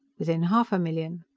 within half a million.